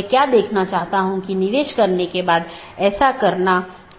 चर्चा की थी कि यह आम तौर पर एक सीधे जुड़े नेटवर्क को साझा करता है